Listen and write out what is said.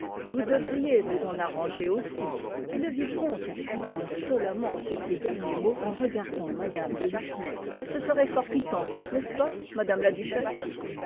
vous devriez vous en arranger aussi et le vicomte appuya insolemment sur ces derniers mots en regardant mme de lucenay ce serait fort piquant n'est-ce pas madame la duchesse